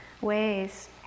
ways